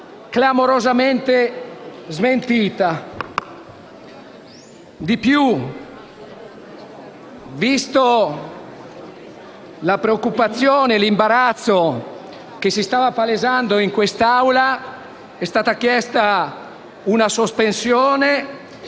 clamorosamente smentito. Inoltre, visti la preoccupazione e l'imbarazzo che si stavano palesando in Aula, è stata chiesta una sospensione